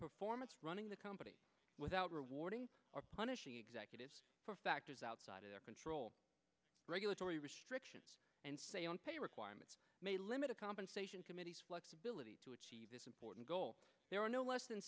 performance running the company without rewarding or punishing executives for factors outside of their control regulatory restrictions and say on pay requirements may limit of compensation committees flexibility to achieve this important goal there are no less than